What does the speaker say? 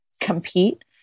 compete